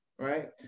Right